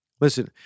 Listen